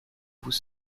vous